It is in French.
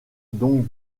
donc